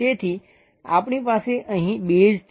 તેથી આપણી પાસે અહીં બેઝ છે